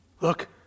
Look